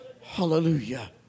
Hallelujah